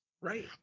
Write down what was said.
right